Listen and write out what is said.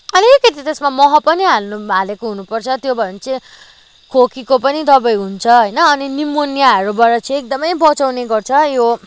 अलिकति त्यसमा मह पनि हाल्नु हालेको हुनुपर्छ त्यो भयो भने चाहिँ खोकीको पनि दबाई हुन्छ होइन अनि निमोनियाहरूबाट चाहिँ एकदमै बचाउने गर्छ यो